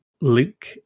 Luke